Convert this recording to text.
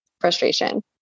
frustration